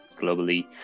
globally